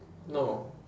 no